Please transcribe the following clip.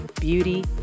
beauty